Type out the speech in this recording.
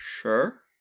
Sure